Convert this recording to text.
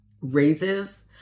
raises